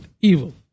evil